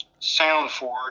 Soundforge